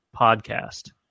podcast